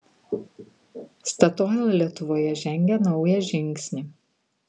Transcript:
statoil lietuvoje žengia naują žingsnį